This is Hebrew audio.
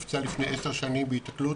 נפצע לפני עשר שנים בהיתקלות.